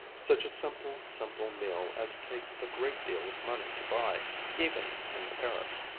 such a simple, simple meal as takes a great deal of money to buy even in paris.